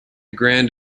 grand